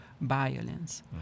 violence